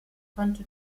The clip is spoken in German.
konnte